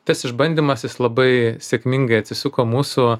tas išbandymas jis labai sėkmingai atsisuko mūsų